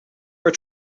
are